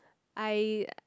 I